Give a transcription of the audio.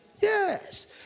Yes